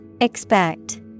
Expect